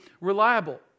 reliable